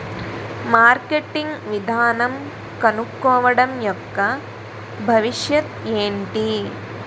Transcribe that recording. Marketing విధానం కనుక్కోవడం యెక్క భవిష్యత్ ఏంటి?